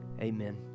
amen